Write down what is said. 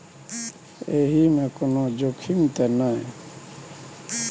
एहि मे कोनो जोखिम त नय?